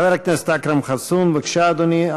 חבר הכנסת אכרם חסון, בבקשה, אדוני.